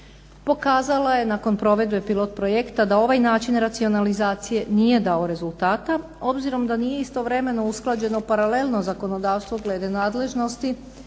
pokazala je nakon provedbe pilot projekta da ovaj način racionalizacije nije dao rezultata, obzirom da nije istovremeno usklađeno paralelno zakonodavstvo glede nadležnosti